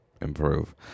improve